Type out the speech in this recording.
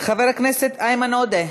חבר הכנסת איימן עודה,